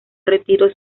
retiros